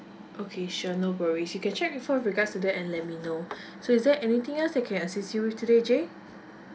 okay sure no worries you can check with her with regards to that and let me know so is there anything else I can assist you with today jay